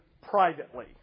privately